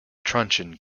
truncheon